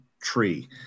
tree